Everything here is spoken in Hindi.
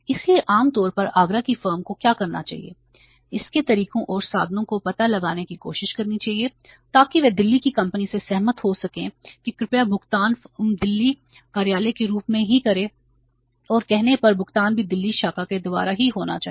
इसलिए आमतौर पर आगरा की फर्म को क्या करना चाहिए इसके तरीकों और साधनों का पता लगाने की कोशिश करनी चाहिए ताकि वे दिल्ली की कंपनी से सहमत हो सकें कि कृपया भुगतान फर्म दिल्ली कार्यालय के रूप में ही करें और कहने पर भुगतान भी दिल्ली शाखा के द्वारा हीहोना चाहिए